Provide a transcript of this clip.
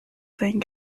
saying